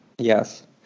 Yes